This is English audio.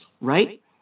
right